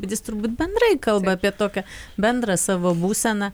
bet jis turbūt bendrai kalba apie tokią bendrą savo būseną